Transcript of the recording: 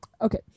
Okay